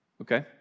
Okay